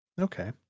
Okay